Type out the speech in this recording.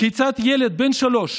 כיצד ילד בן שלוש,